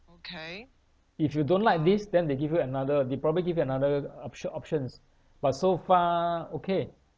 if you don't like this then they give you another they probably give you another optio~ options but so far okay